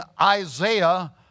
Isaiah